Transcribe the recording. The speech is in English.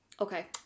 Okay